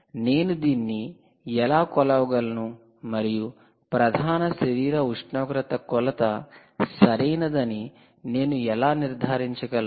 నేను దీన్ని ఎలా కొలవగలను మరియు ప్రధాన శరీర ఉష్ణోగ్రత కొలత సరైనదని నేను ఎలా నిర్ధారించగలను